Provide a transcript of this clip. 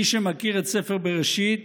מי שמכיר את ספר בראשית